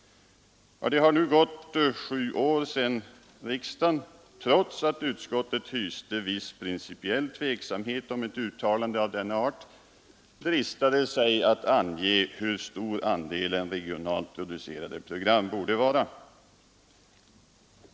Det har nu gått sju år sedan riksdagen, trots att utskottet hyste viss principiell tveksamhet mot ett uttalande av denna art, dristade sig att ange hur stor andelen regionalt producerade program borde vara.